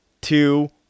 two